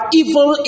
evil